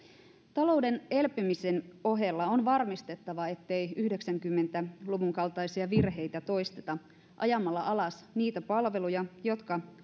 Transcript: talouden elpymisen ohella on varmistettava ettei yhdeksänkymmentä luvun kaltaisia virheitä toisteta ajamalla alas niitä palveluja jotka